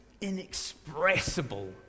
inexpressible